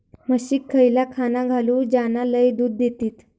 म्हशीक खयला खाणा घालू ज्याना लय दूध देतीत?